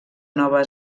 nova